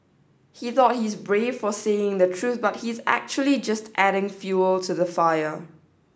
he thought he's brave for saying the truth but he's actually just adding fuel to the fire